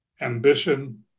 Ambition